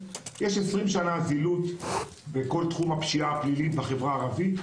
יש 20 שנה זילות בכל תחום הפשיעה הפלילית בחברה הערבית,